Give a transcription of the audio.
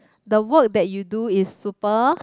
the work that you do is super